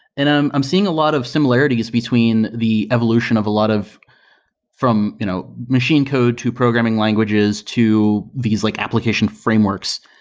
and i'm i'm seeing a lot of similarities between the evolution of a lot of from you know machine code, to programming languages, to these like application frameworks.